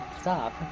Stop